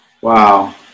Wow